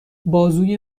بازوی